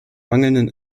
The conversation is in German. mangelnden